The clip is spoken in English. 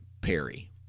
perry